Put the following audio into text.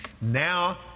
Now